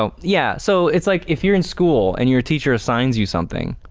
so yeah. so, it's like, if you're in school and your teacher assigns you something,